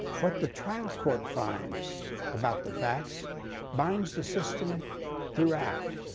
what the trial court finds about the facts binds the system throughout.